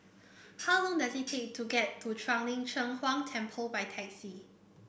how long does it take to get to Shuang Lin Cheng Huang Temple by taxi